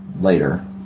later